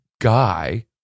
guy